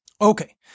Okay